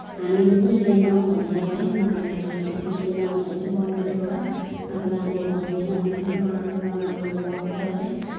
हामीले बुझ्दैन भनेर है उनीहरूले अब हामीले बुझ्दैन भनेर चाहिँ बङ्गालीबाट अब राम्रो भन्दैन उनीहरूले नराम्रो नराम्रोहरू भन्छ है